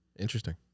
interesting